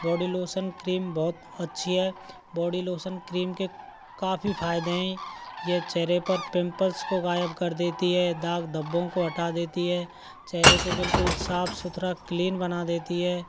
body lotion cream बहुत अच्छा है बॉडी लोसन क्रीम के काफ़ी फायदे है यह चेहरे पर पीम्पल्स को गायब कर देती है यह दाग धब्बों को हटा देती है चेहरे को बिल्कुल साफ सुथरा क्लीन बना देती है